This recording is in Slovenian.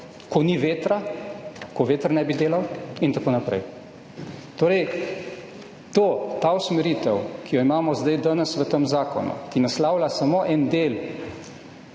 ne dela, ko ni vetra in tako naprej. Torej, ta usmeritev, ki jo imamo zdaj danes v tem zakonu, ki naslavlja samo en del